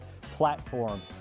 platforms